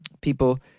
People